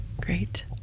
great